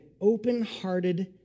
open-hearted